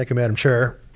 like madam chair.